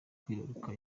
kwibaruka